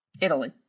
Italy